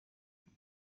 همین